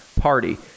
Party